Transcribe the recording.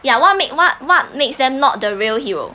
ya what make what what makes them not the real hero